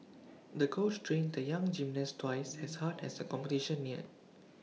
the coach trained the young gymnast twice as hard as the competition neared